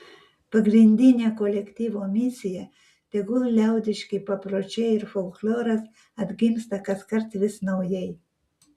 pagrindinė kolektyvo misija tegul liaudiški papročiai ir folkloras atgimsta kaskart vis naujai